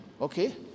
okay